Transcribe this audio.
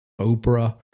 Oprah